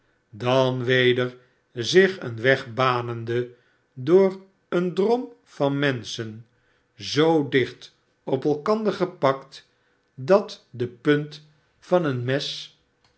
dan weder zich een weg banende door een drom van menschen zoo dicht op elkander gepakt dat de punt van een mes